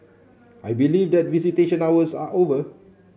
I believe that visitation hours are over